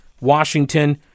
Washington